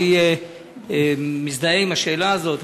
אני מזדהה עם השאלה הזאת.